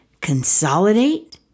consolidate